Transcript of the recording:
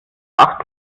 acht